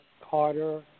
Carter